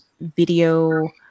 video